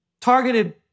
targeted